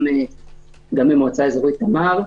גם למועצה אזורית תמר,